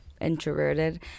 introverted